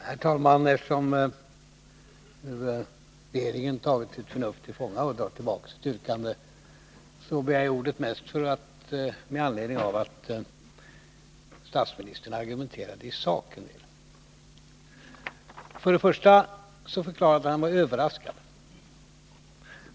Herr talman! Eftersom nu regeringen har tagit sitt förnuft till fånga och dragit tillbaka sitt yrkande, begär jag ordet mest med anledning av att statsministern till en del argumenterade i sak. För det första förklarade han att han var överraskad.